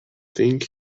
think